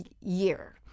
year